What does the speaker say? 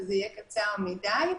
זה יהיה קצר מדי.